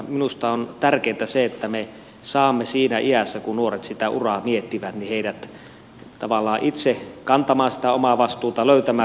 minusta on tärkeätä se että me saamme siinä iässä kun nuoret uraa miettivät heidät tavallaan itse kantamaan omaa vastuuta löytämään polkunsa